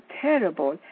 terrible